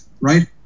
right